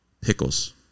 Pickles